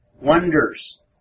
wonders